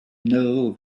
know